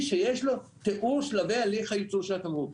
שיש לו תיאור שלבי הליך הייצור של התמרוק.